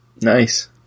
nice